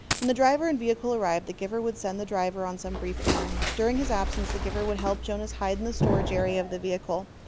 when the driver and vehicle arrived. the giver would send the driver on some brief errand. during his absence, the giver would help jonas hide in the storage area of the vehicle.